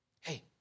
Hey